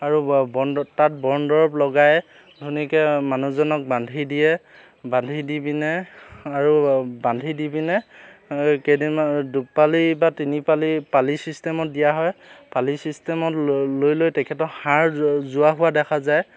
আৰু বনদৰৱ তাত বনদৰৱ লগাই ধুনীয়াকৈ মানুহজনক বান্ধি দিয়ে বান্ধি দি পিনে আৰু বান্ধি দি পিনে কেইদিনমান দুপালি বা তিনিপালি পালি চিষ্টেমত দিয়া হয় পালি চিষ্টেমত লৈ লৈ লৈ তেখেতক হাঁড় জোৰা হোৱা দেখা যায়